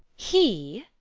he!